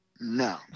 no